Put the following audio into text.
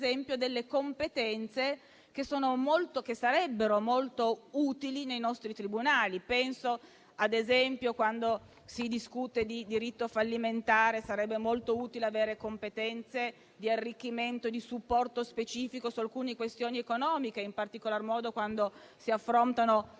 competenze che sarebbero molto utili nei nostri tribunali: ad esempio, quando si discute di diritto fallimentare, sarebbe molto utile avere competenze di arricchimento e di supporto specifico su alcune questioni economiche, in particolar modo quando si affrontano